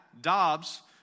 Dobbs